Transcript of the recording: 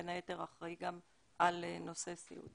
בין היתר אחראי גם על נושא סיעוד.